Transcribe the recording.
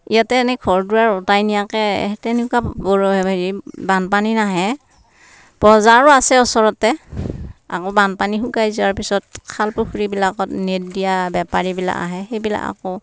ইয়াতে এনেই ঘৰ দুৱাৰ উটাই নিয়াকে তেনেকুৱা বৰ হেৰি বানপানী নাহে বজাৰো আছে ওচৰতে আকৌ বানপানী শুকাই যোৱাৰ পিছত খাল পুখুৰীবিলাকত নেট দিয়া বেপাৰীবিলাক আহে সেইবিলাকো